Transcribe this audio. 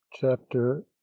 Chapter